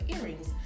earrings